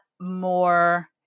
more